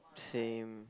same